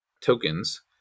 tokens